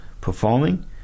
performing